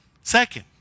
Second